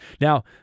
Now